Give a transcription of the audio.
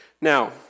Now